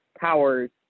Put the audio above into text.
powers